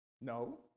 No